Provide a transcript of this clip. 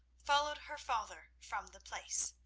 followed her father from the place.